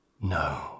No